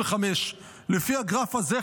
2025. לפי הגרף הזה,